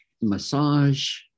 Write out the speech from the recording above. massage